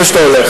לפני שאתה הולך,